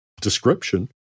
description